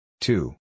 Two